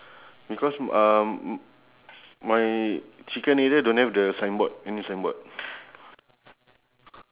but but your guy is jumping right mine is standing so I think that's the the we have to circle it